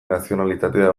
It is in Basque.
nazionalitatea